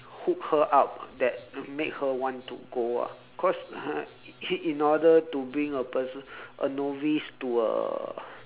hook her up ah that make her want to go ah cause in order to bring a person a novice to a